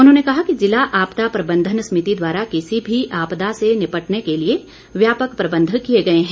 उन्होंने कहा कि ज़िला आपदा प्रबंधन समिति द्वारा किसी भी आपदा से निपटने के लिए व्यापक प्रबंध किए गए हैं